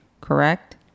correct